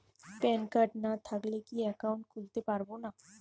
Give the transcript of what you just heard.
Pan card না থাকলে কি একাউন্ট খুলতে পারবো না?